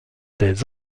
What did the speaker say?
des